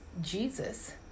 Jesus